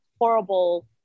horrible